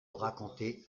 raconter